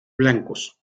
blancos